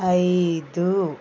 ఐదు